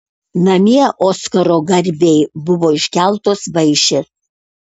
namie oskaro garbei buvo iškeltos vaišės